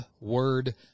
Word